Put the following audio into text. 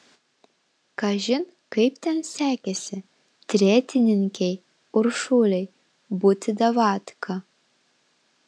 kažin kaip ten sekėsi tretininkei uršulei būti davatka